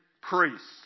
priests